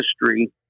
history